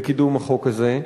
לקידום החוק הזה.